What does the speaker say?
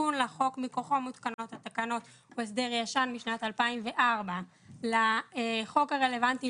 התיקון לחוק מכוחו מותקנות התקנות הוא הסדר ישן משנת 2004. לחוק הרלוונטי